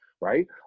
right